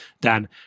Dan